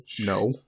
No